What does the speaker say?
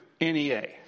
NEA